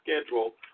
schedule